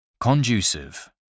Conducive